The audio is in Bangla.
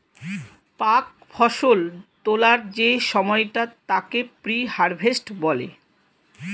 প্রাক্ ফসল তোলার যে সময়টা তাকে প্রি হারভেস্ট বলে